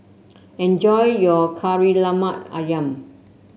enjoy your Kari Lemak ayam